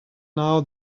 now